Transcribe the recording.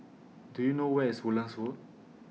Do YOU know Where IS Woodlands Road